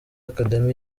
academy